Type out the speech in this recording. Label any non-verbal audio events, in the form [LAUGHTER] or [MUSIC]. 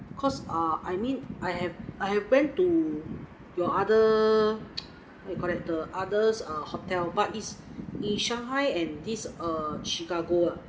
because uh I mean I have I've been to your other [NOISE] what do you call that the others uh hotel but is in shanghai and this uh chicago ah